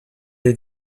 est